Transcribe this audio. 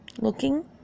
looking